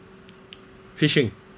fishing